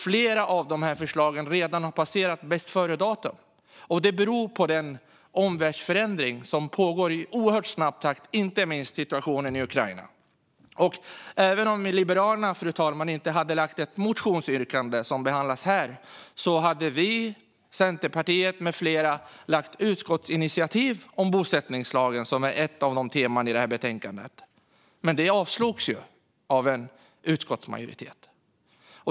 Flera av förslagen har redan passerat bästföredatum. Det beror på den omvärldsförändring som pågår i oerhört snabb takt, inte minst när det gäller situationen i Ukraina. Även om Liberalerna inte hade lagt fram några motionsyrkanden hade vi och Centerpartiet med flera lagt fram ett utskottsinitiativ om bosättningslagen, som är ett av temana i det här betänkandet, men det avslogs av en utskottsmajoritet.